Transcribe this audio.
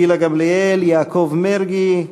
גילה גמליאל, יעקב מרגי,